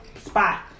spot